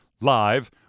live